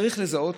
צריך לזהות,